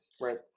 right